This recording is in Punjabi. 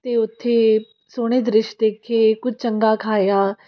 ਅਤੇ ਉੱਥੇ ਸੋਹਣੇ ਦ੍ਰਿਸ਼ ਦੇਖੇ ਕੁਝ ਚੰਗਾ ਖਾਇਆ